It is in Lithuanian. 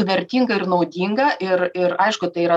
vertinga ir naudinga ir ir aišku tai yra